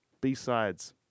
B-sides